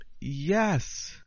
Yes